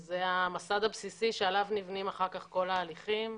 זה המסד הבסיסי שעליו נבנים אחר כך כל ההליכים.